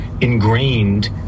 ingrained